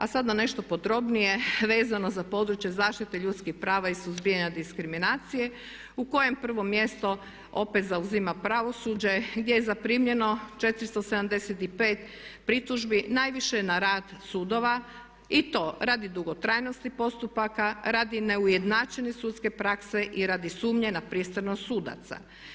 A sada nešto podrobnije vezano za područje zaštite ljudskih prava i suzbijanja diskriminacije u kojem prvo mjesto opet zauzima pravosuđe gdje je zaprimljeno 475 pritužbi najviše na rad sudova i to radi dugotrajnosti postupaka, radi neujednačene sudske prakse i radi sumnje na pristranost sudaca.